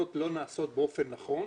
הזיהום התעשייתי,